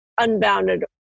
unbounded